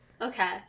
okay